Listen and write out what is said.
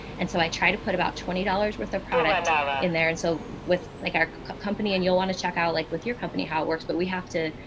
and so i try to put about twenty dollars worth of product in there. and so with like our company and you'll want to check out like with your company, how it works, but we have to,